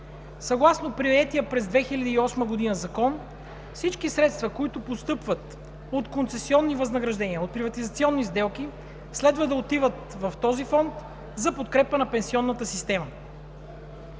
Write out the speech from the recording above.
Съгласно приетия през 2008 г. закон всички средства, които постъпват от концесионни възнаграждения, от приватизационни сделки, следва да отиват в този фонд за подкрепа на пенсионната система.